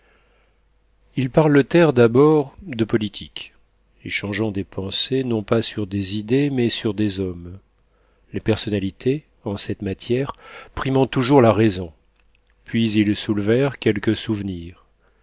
ils parlotèrent d'abord de politique échangeant des pensées non pas sur des idées mais sur des hommes les personnalités en cette matière primant toujours la raison puis ils soulevèrent quelques souvenirs